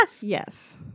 Yes